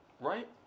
right